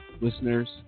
Listeners